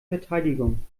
verteidigung